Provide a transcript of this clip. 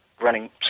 running